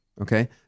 Okay